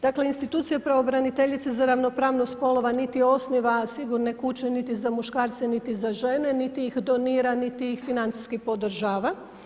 Dakle institucija pravobraniteljice za ravnopravnost spolova niti osniva sigurne kuće niti za muškarce, niti za žene, niti ih donira, niti ih financijski podržava.